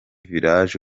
village